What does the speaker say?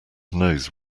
knows